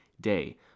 day